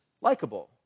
likable